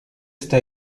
esta